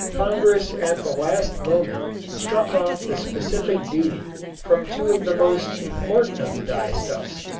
congress at the last moment struck off the specific duty from two of the most important of the dyestuffs,